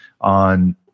on